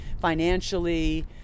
financially